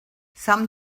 some